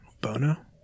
Bono